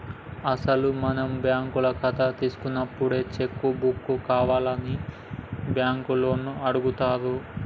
అసలు మనం బ్యాంకుల కథ తీసుకున్నప్పుడే చెక్కు బుక్కు కావాల్నా అని బ్యాంకు లోన్లు అడుగుతారు